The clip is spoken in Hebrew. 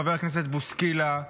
חבר הכנסת בוסקילה,